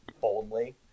boldly